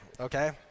okay